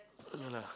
no lah